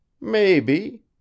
Maybe